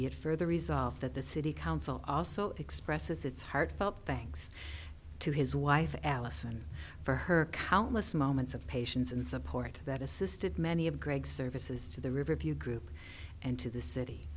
be it further resolved that the city council also expresses its heartfelt thanks to his wife allison for her countless moments of patients and support that assisted many of greg's services to the riverview group and to the city